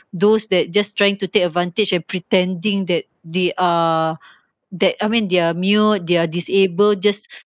those that just trying to take advantage and pretending that they are that I mean they're mute they're disable just